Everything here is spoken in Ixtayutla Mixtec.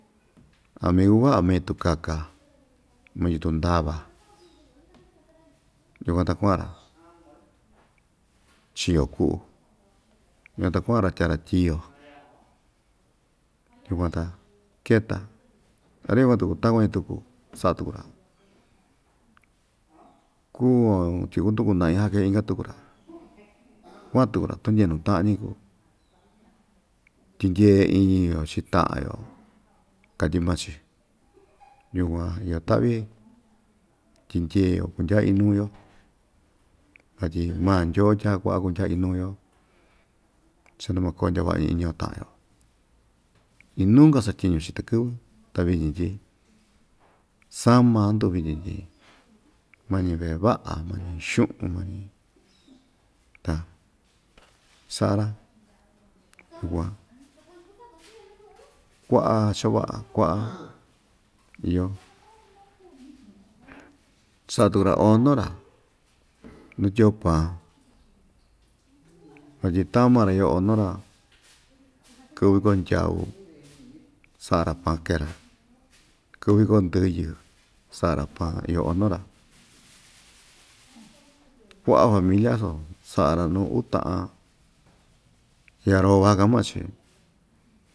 amigu va'a mai tu kaka ma yutun ndava yukuan ta kua'an‑ra chio ku'u yukuan ta kua'an‑ra tyaa‑ra tyiyo yukuan ta keta ra‑yukuan tuku takuañi tuku sa'a tuku‑ra kuuon tyi kundukun na'i ja kee inka tuku‑ra kua'an tuku‑ra tu'undye nu ta'an‑ñi kuu tyindyee iin‑yo chii ta'an‑yo katyi maa‑chi yukuan iyo ta'vi tyindyee‑yo kundya iin nuu‑yo vatyi maa ndyoo tyaa ku'va kundya iin nuu‑yo cha nuu makoo ndyava'a‑ñi iñi‑yo ta'an‑yo iin nuu‑ka satyiñu‑chi takɨ́vɨ ta vityin tyi sama indu vityin tyi mañi ve'e va'a mañi xu'un mañi ta sa'a‑ra kua'a cha‑va'a kua'a iyo sa'a tuku‑ra ono‑ra nu tyi'o paan sotyi ta'an maa‑ra iyo ono‑ra kɨvɨ viko hnndyau sa'a‑ra paan kee‑ra kɨvɨ viko ndɨyɨ sa'a‑ra paan iyo ono‑ra kua'a familia so sa'a‑ra nuu uu ta'an yarova ka'an maa‑chi.